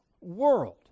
world